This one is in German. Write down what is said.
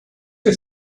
für